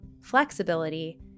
flexibility